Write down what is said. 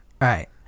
right